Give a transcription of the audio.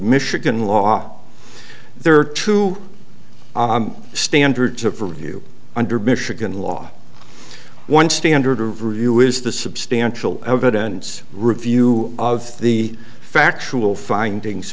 michigan law there are two standards of review under michigan law one standard of review is the substantial evidence review of the factual findings